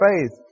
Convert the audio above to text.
faith